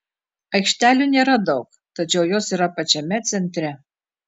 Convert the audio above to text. aikštelių nėra daug tačiau jos yra pačiame centre